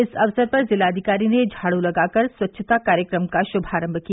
इस अवसर पर जिलाधिकारी ने झाड़ू लगाकर स्वच्छता कार्यक्रम का श्भारंभ किया